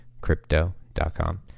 crypto.com